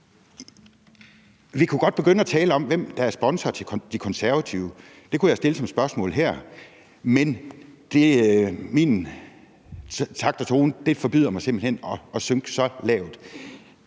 Vi kunne godt begynde at tale om, hvem der er sponsor for De Konservative – det kunne jeg stille som spørgsmål her. Men takt og tone forbyder mig simpelt hen at synke så lavt.